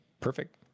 Perfect